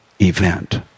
event